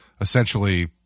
essentially –